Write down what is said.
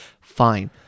fine